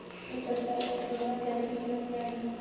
इस सप्ताह एक किलोग्राम प्याज की कीमत क्या है?